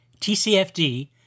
TCFD